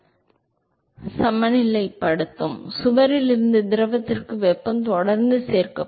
எனவே திரவம் சுவர் வெப்பநிலையுடன் சமநிலைப்படுத்தும் வரை சுவரில் இருந்து திரவத்திற்கு வெப்பம் தொடர்ந்து சேர்க்கப்படும்